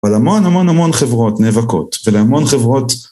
אבל המון המון המון חברות נאבקות ולהמון חברות